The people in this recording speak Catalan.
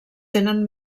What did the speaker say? tenen